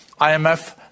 IMF